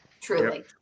Truly